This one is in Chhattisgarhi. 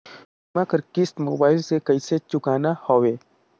बीमा कर किस्त मोबाइल से कइसे चुकाना हवे